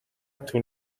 طول